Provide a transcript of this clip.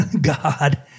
God